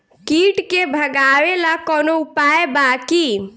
कीट के भगावेला कवनो उपाय बा की?